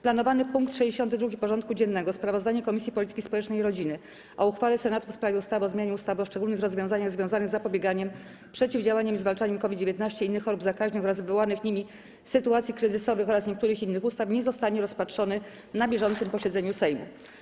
Planowany punkt 62. porządku dziennego: Sprawozdanie Komisji Polityki Społecznej i Rodziny o uchwale Senatu w sprawie ustawy o zmianie ustawy o szczególnych rozwiązaniach związanych z zapobieganiem, przeciwdziałaniem i zwalczaniem COVID-19, innych chorób zakaźnych oraz wywołanych nimi sytuacji kryzysowych oraz niektórych innych ustaw nie zostanie rozpatrzony na bieżącym posiedzeniu Sejmu.